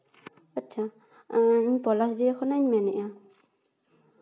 ᱟᱪᱪᱷᱟ ᱤᱧ ᱯᱚᱞᱟᱥᱰᱤᱦᱟ ᱠᱷᱚᱱᱤᱧ ᱢᱮᱱ ᱮᱜᱼᱟ